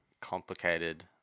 complicated